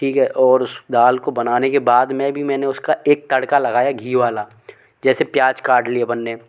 ठीक है और उस दाल को बनाने के बाद में भी मैंने उसका एक तड़का लगाया घी वाला जैसे प्याज़ काट ली अपन ने